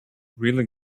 really